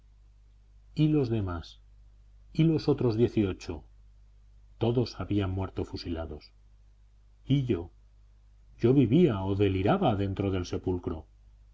y los demás y los otros dieciocho todos habían muerto fusilados y yo yo vivía o deliraba dentro del sepulcro